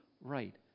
right